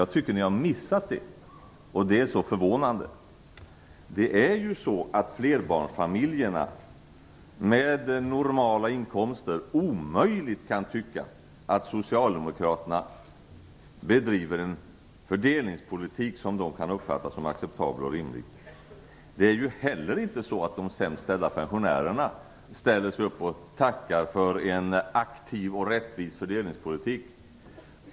Jag tycker ni har missat fördelningspolitiken, och det är förvånande. Flerbarnsfamiljerna med normala inkomster kan omöjligt tycka att socialdemokraterna bedriver en acceptabel och rimlig fördelningspolitik. De sämst ställda pensionärerna ställer sig inte heller upp och tackar för en aktiv och rättvis fördelningspolitik.